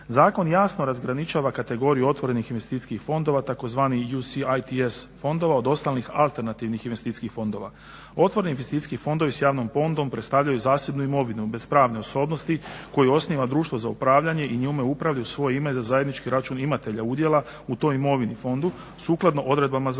Zakon jasno razgraničava kategoriju otvorenih investicijskih fondova tzv. …/Govornik se ne razumije./… fondova od osnovnih alternativnih investicijskih fondova. Otvoreni investicijski fondovi s javnom ponudom predstavljaju zasebnu imovinu bez pravne osobnosti koju osniva društvo za upravljanje i njome upravlja u svoje ime za zajednički račun imatelja udjela u toj imovini fondu sukladno odredbama zakona.